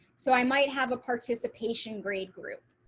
so i might have a participation grade group.